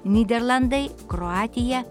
nyderlandai kroatija